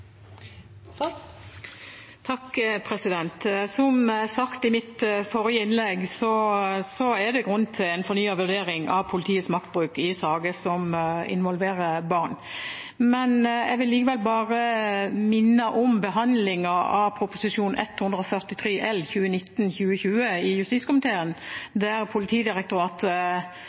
det grunn til en fornyet vurdering av politiets maktbruk i saker som involverer barn. Jeg vil likevel bare minne om behandlingen av Prop. 143 L for 2019–2020 i justiskomiteen, der Politidirektoratet